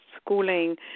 schooling